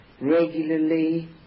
regularly